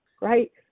right